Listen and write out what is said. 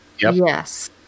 Yes